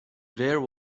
there